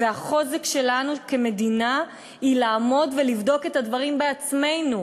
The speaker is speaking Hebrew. והחוזק שלנו כמדינה הוא לעמוד ולבדוק את הדברים בעצמנו.